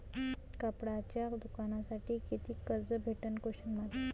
कापडाच्या दुकानासाठी कितीक कर्ज भेटन?